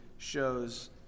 shows